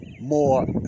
more